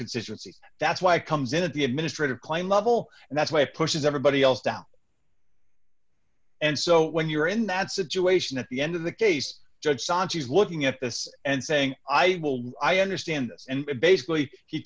consistency that's why comes in at the administrative claim level and that's why it pushes everybody else down and so when you're in that situation at the end of the case judge sanji is looking at this and saying i will i understand this and basically he